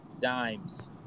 Dimes